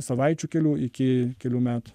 savaičių kelių iki kelių metų